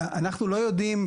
אנחנו לא יודעים,